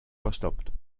verstopft